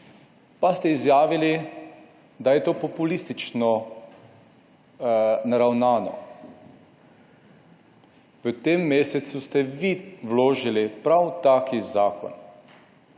pa ste izjavili, da je to populistično naravnano. B tem mesecu ste vi vložili prav tak zakon,